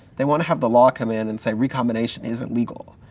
they want to have the law come in and say, re-combination isn't legal.